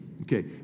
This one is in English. Okay